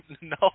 no